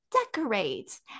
Decorate